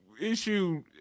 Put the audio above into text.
issue